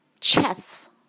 chess